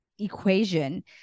equation